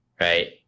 right